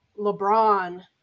lebron